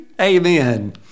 Amen